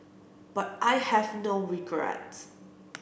but I have no regrets